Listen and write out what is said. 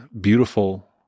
beautiful